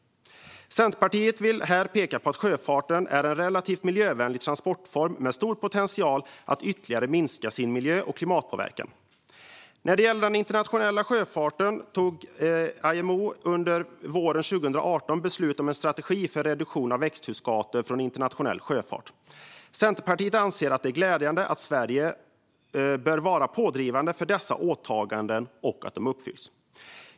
Centerpartiet vill här peka på att sjöfarten är en relativt miljövänlig transportform med stor potential att ytterligare minska sin miljö och klimatpåverkan. När det gäller den internationella sjöfarten tog IMO under våren 2018 beslut om en strategi för reduktion av växthusgaser från internationell sjöfart. Centerpartiet anser att detta är glädjande. Sverige bör vara pådrivande för att dessa åtaganden uppfylls.